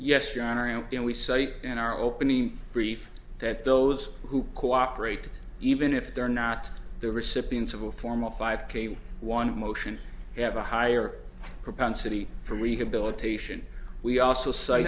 in our opening brief that those who cooperate even if they're not the recipients of a formal five one motion have a higher propensity for rehabilitation we also